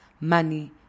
money